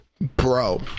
Bro